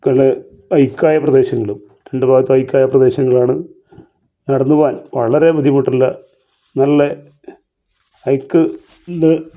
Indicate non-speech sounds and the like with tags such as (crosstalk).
(unintelligible) ഹൈക്കായ പ്രദേശങ്ങളും രണ്ടു ഭാഗത്തും ഹൈക്കായ പ്രദേശങ്ങളാണ് നടന്നു പോകാൻ വളരെ ബുദ്ധിമുട്ടുള്ള നല്ല ഹൈക്ക് ഇത്